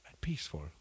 peaceful